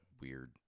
weird